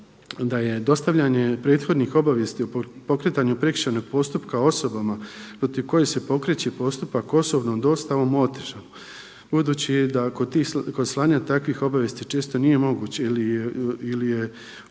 da je dostavljanje prethodnih obavijesti o pokretanju prekršajnog postupka osobama protiv kojih se pokreće postupak osobnom dostavom … budući da kod slanja takvih obavijesti često nije moguće ili je u